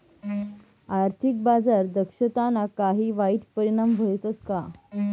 आर्थिक बाजार दक्षताना काही वाईट परिणाम व्हतस का